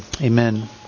amen